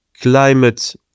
climate